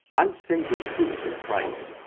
i say the truth in christ,